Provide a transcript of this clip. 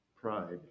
pride